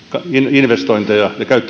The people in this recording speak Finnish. investointeja